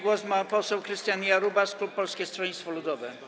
Głos ma poseł Krystian Jarubas, klub Polskiego Stronnictwa Ludowego.